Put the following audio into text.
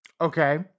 Okay